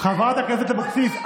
חברת הכנסת אבקסיס,